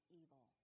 evil